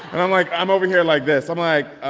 and i'm like i'm over here like this. i'm like,